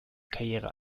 karriere